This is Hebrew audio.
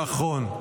נכון.